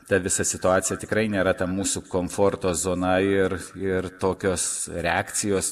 ta visa situacija tikrai nėra ta mūsų komforto zona ir ir tokios reakcijos